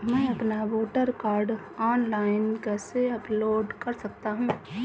मैं अपना voter card online कैसे अपलोड कर सकता हूँ?